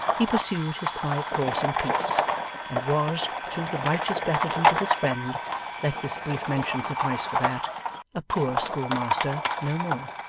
he pursued his quiet course in peace and was, through the righteous gratitude of his friend let this brief mention suffice for that a poor school-master no more.